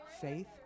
faith